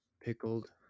pickled